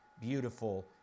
beautiful